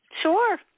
Sure